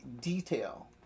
detail